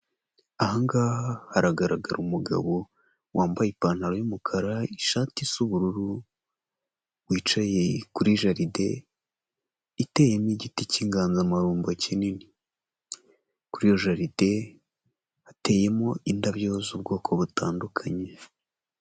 Aha ngaha haragaragara umugabo wambaye ipantaro y'umukara, ishati isa ubururu wicaye kuri jaride iteyemo igiti k'inganzamarumbo kinini, kuri iyo jaride hateyemo indabyo z'ubwoko butandukanye.